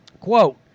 Quote